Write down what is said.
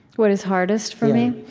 what is hardest for me?